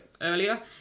earlier